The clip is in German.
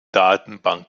datenbanken